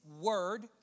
word